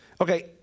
Okay